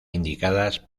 indicadas